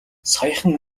саяхан